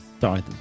Sorry